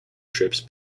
trips